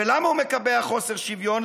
ולמה הוא מקבע חוסר שוויון,